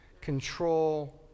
Control